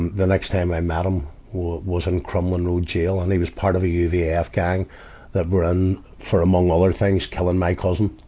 the next time i met him was, was in crumlin road jail. and he was part of a uvf gang that were in, um for among other things, killing my cousin.